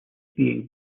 being